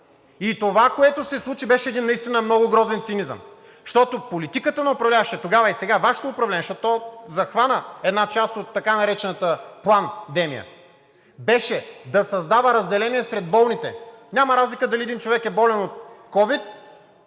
И това, което се случи, беше един наистина грозен цинизъм, защото политиката на управляващите тогава и сега, Вашето управление, защото то захвана една част от така наречената пландемия, беше да създава разделение сред болните. Няма разлика дали един човек е болен от ковид,